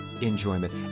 enjoyment